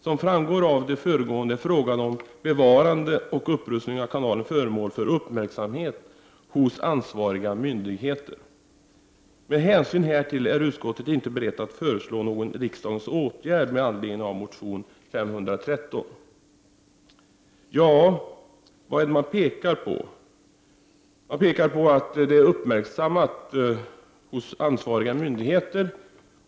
Som framgår av det föregående är frågan om bevarande och upprustning av kanalen föremål för uppmärksamhet hos ansvariga myndigheter. Med hänsyn härtill är utskottet inte berett att föreslå någon riksdagens åtgärd med anledning av motion Kr513.” Ja, vad är det utskottet framhåller? Man säger att frågan har uppmärksammats hos ansvariga myndigheter.